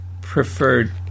preferred